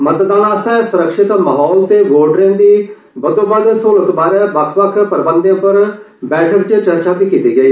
मतदान आस्तै सुरक्षत माहौल ते वोटरें दी बद्वोबद्व सूहलत बारे बक्ख बक्ख प्रबंधें पर बी बैठक च चर्चा कीती गेई